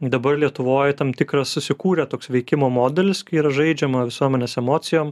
dabar lietuvoj tam tikras susikūrė toks veikimo modelis kai yra žaidžiama visuomenės emocijom